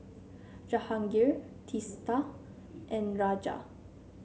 Jehangirr Teesta and Raja